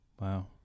Wow